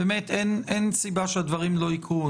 סיבה שהדברים לא יקרו,